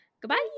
goodbye